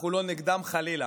אנחנו לא נגדם, חלילה.